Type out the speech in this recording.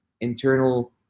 internal